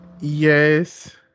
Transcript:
Yes